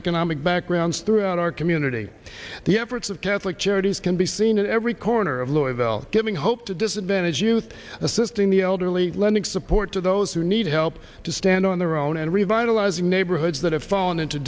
economic backgrounds throughout our community the efforts of catholic charities can be seen in every corner of louisville giving hope to disadvantaged youth assisting the elderly lending support to those who need help to stand on their own and revitalize neighborhoods that have fallen into